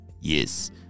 Yes